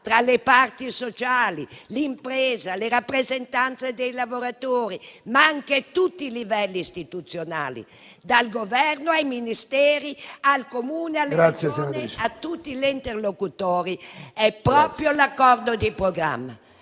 tra le parti sociali, l'impresa, le rappresentanze dei lavoratori, ma anche tutti i livelli istituzionali, dal Governo ai Ministeri, al Comune alle Regioni a tutti gli interlocutori, è proprio l'accordo di programma.